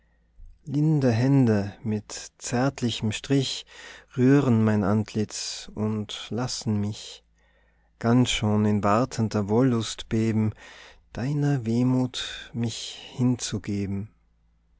linde hände mit zärtlichem strich rühren mein antlitz und lassen mich ganz schon in wartender wollust beben deiner wehmut mich hinzugeben